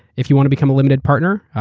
if you want to become a limited partner,